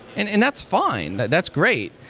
and and that's fine. but that's great.